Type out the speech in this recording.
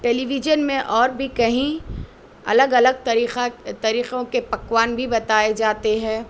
ٹیلی vision میں اور بھی کہیں الگ الگ طریقہ طریقوں کے پکوان بھی بتائے جاتے ہے